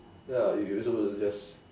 ya you you supposed to just